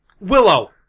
Willow